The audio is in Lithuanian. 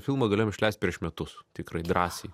filmą galėjom išleist prieš metus tikrai drąsiai